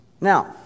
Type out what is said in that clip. Now